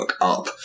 up